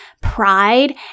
pride